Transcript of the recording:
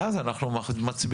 ואז אנחנו מצביעים.